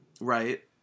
Right